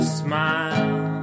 smile